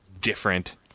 different